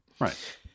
Right